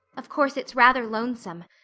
of course, it's rather lonesome.